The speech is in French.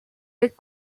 les